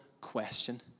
question